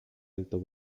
alto